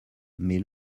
mais